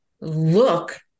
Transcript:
look